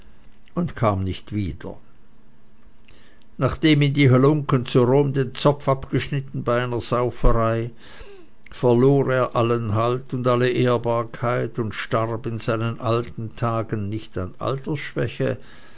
und kam nicht wieder nachdem ihm die halunken zu rom den zopf abgeschnitten bei einer sauferei verlor er allen halt und alle ehrbarkeit und starb in seinen alten tagen nicht an altersschwäche